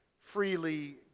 freely